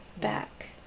back